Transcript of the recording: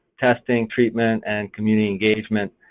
testing, treatment and community engagement.